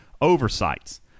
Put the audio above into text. oversights